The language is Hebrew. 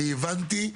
הבנתי.